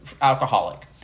Alcoholic